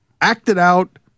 acted-out